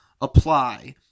apply